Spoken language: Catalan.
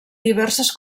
diverses